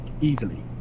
easily